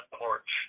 porch